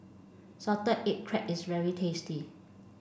salted egg crab is very tasty